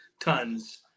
tons